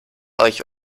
euch